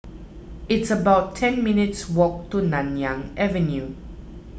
it's about ten minutes' walk to Nanyang Avenue